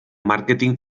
màrqueting